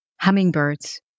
Hummingbirds